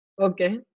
Okay